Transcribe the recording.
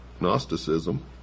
Gnosticism